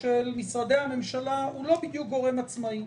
של משרדי הממשלה הוא לא בדיוק גורם עצמאי,